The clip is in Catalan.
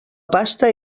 pasta